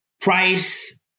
price